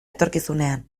etorkizunean